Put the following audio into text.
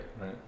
right